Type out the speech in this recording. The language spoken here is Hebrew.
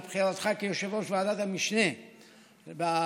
על בחירתך ליושב-ראש ועדת המשנה בכנסת